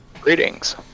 Greetings